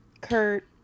Kurt